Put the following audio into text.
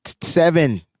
seven